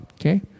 Okay